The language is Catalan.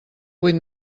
vuit